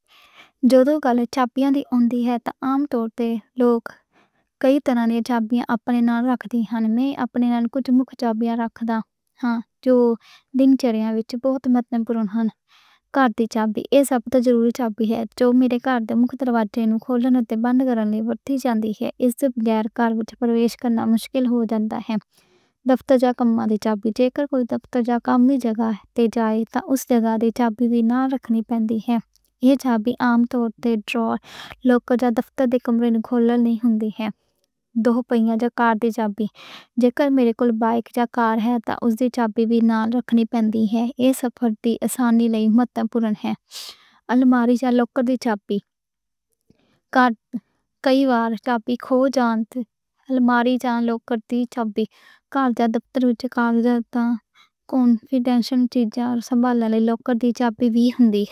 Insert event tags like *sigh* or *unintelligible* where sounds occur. میرے کول عام طور تے کئی چابیاں ہن۔ میں اپنے نال مکھ چابیاں رکھدا ہاں۔ گھر دی چابی، ایہ سب توں ضروری چابی ہے۔ میرے گھر دے دروازے نوں کھولن تے بند کرن لئی وڈی جنتی ہے۔ اس بغیر گھر وچ داخل ہونا مشکل ہو جاندا ہے۔ دفتر یا کم دی جگہ جے کوئی جائے تاں اس جگہ دی چابی وی نال رکھنی پہن دی ہے۔ کجھ لوک کار تے شاپ دیاں چابیاں وی نال رکھدے ہن۔ جے میرے کول بائیک ہے تاں اس دی چابیاں وی نال رکھنی پینی ہے۔ الماری چ لوکر دی چابی رکھنی پیندی ہے۔ لوک کئی وار چابی کھو جاندے۔ الماری چ لوکر دی چابی کدے کدے یاد وچ چٹ چ *unintelligible* سوال والے لوک تیں چابی وی ہوندی ہے۔